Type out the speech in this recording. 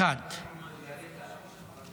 יגרשו שם פלסטינים,